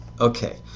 Okay